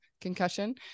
concussion